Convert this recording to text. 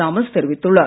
Thomas தெரிவித்துள்ளார்